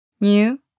New